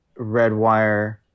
Redwire